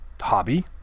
hobby